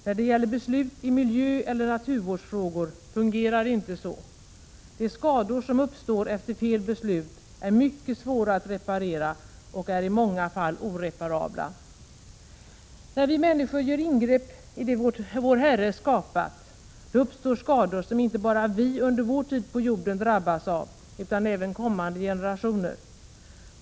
När det gäller beslut i miljöoch naturvårdsfrågor fungerar det inte så. De skador som uppstår efter felaktiga beslut är mycket svåra att reparera och är i många fall oreparabla. När vi människor gör ingrepp i det vår Herre skapat då uppstår skador som inte bara vi under vår tid på jorden drabbas av, utan även kommande generationer.